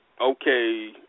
okay